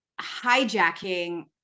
hijacking